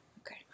Okay